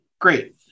Great